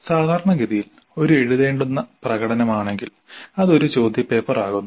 സാധാരണഗതിയിൽ ഒരു എഴുതേണ്ടുന്ന പ്രകടനമാണെങ്കിൽ അത് ഒരു ചോദ്യപേപ്പർ ആകുന്നു